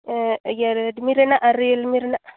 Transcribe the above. ᱮᱫ ᱤᱭᱟᱹ ᱨᱤᱰᱢᱤ ᱨᱮᱱᱟᱜ ᱟᱨ ᱨᱤᱭᱮᱞᱢᱤ ᱨᱮᱱᱟᱜ